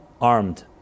armed